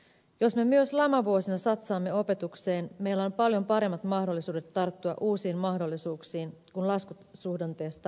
jos me myös lamavuosina satsaamme opetukseen meillä on paljon paremmat mahdollisuudet tarttua uusiin mahdollisuuksiin kun laskusuhdanteesta jälleen noustaan